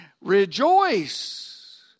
Rejoice